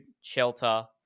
shelter